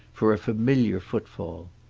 for a familiar footfall.